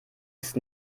ist